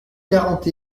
quarante